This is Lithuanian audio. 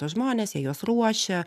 tuos žmones jie juos ruošia